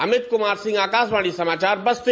अमित कुमार सिंह आकाशवाणी समाचार बस्ती